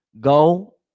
go